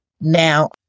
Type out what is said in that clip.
now